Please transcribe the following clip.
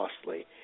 costly